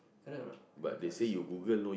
correct or not ikan asam pedas